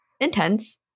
intense